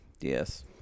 Yes